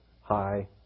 high